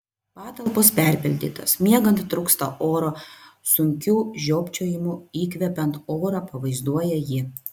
patalpos perpildytos miegant trūksta oro sunkiu žiopčiojimu įkvepiant orą pavaizduoja ji